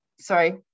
sorry